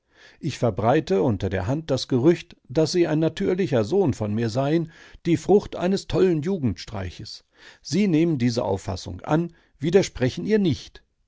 ich verbreite unter der hand das gerücht daß sie ein natürlicher sohn von mir seien die frucht eines tollen jugendstreiches sie nehmen diese auffassung an widersprechen ihr nicht